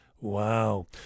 Wow